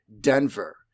Denver